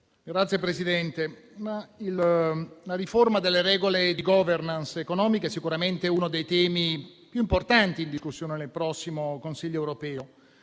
Signor Presidente, la riforma delle regole di *governance* economiche è sicuramente uno dei temi più importanti in discussione nel prossimo Consiglio europeo.